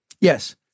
Yes